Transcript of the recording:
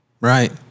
right